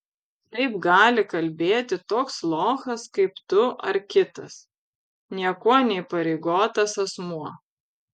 taip gali kalbėti toks lochas kaip tu ar kitas niekuo neįpareigotas asmuo